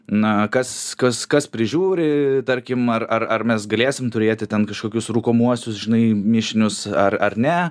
na kas kas kas prižiūri tarkim ar ar ar mes galėsim turėti ten kažkokius rūkomuosius žinai mišinius ar ar ne